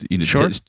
Sure